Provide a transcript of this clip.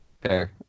fair